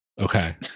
Okay